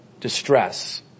distress